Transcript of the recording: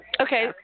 Okay